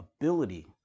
ability